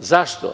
Zašto?